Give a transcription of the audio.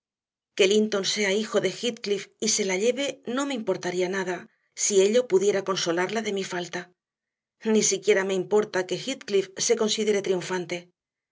cati que linton sea hijo de heathcliff y se la lleve no me importaría nada si ello pudiera consolarla de mi falta ni siquiera me importa que heathcliff se considere triunfante